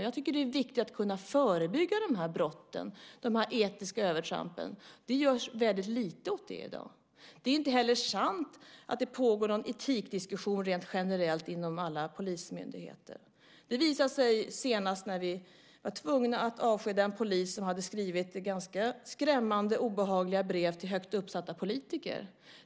Jag tycker att det är viktigt att kunna förebygga de här brotten, de här etiska övertrampen. Det görs väldigt lite åt det i dag. Det är inte heller sant att det pågår en etikdiskussion rent generellt inom alla polismyndigheter. Det visade sig senast när vi var tvungna att avskeda en polis som hade skrivit ganska skrämmande, obehagliga brev till högt uppsatta politiker.